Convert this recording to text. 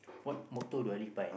what motto do I live by